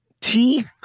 teeth